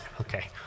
Okay